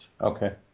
Okay